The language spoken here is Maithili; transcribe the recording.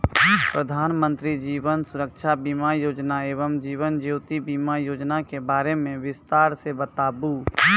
प्रधान मंत्री जीवन सुरक्षा बीमा योजना एवं जीवन ज्योति बीमा योजना के बारे मे बिसतार से बताबू?